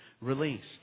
released